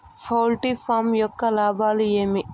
poultry farm యొక్క లాభాలు ఏమి